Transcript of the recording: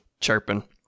Chirping